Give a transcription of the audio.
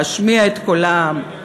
להשמיע את קולם,